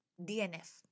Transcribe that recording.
DNF